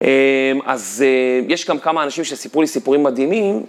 אז יש גם כמה אנשים שסיפרו לי סיפורים מדהימים.